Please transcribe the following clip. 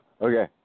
Okay